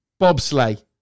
bobsleigh